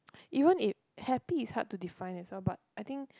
even if happy is hard to define as well but I think